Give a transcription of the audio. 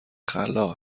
خلاق